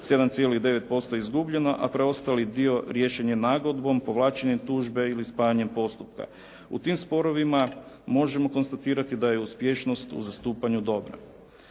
7,9% izgubljeno a preostali dio riješen je nagodbom, povlačenjem tužbe ili spajanjem postupka. U tim sporovima možemo konstatirati da je uspješnost u zastupanju dobra.